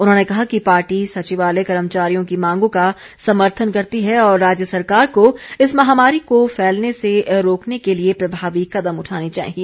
उन्होंने कहा कि पार्टी सचिवालय कर्मचारियों की मांगों का समर्थन करती है और राज्य सरकार को इस महामारी को फैलने से रोकने के लिए प्रभावी कदम उठाने चाहिए